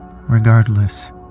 regardless